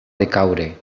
decaure